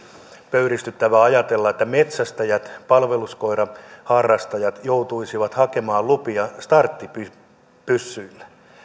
pöyristyttävää ajatella että metsästäjät palveluskoiraharrastajat joutuisivat hakemaan lupia starttipyssyille